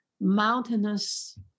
mountainous